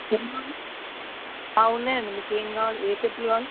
ఉన్నాయండి మీకేం కావాలి ఏ చెప్పలు కావాలి